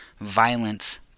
violence